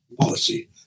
policy